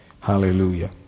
Hallelujah